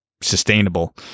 sustainable